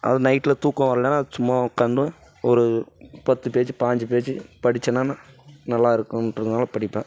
அது நைட்டில் தூக்கம் வரலன்னா சும்மா உக்காந்து ஒரு பத்து பேஜி பாஞ்சு பேஜி படிச்சன்னா நான் நல்லா இருக்கும்ட்ருதுனால நான் படிப்பேன்